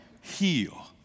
heal